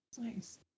nice